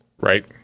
right